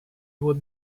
would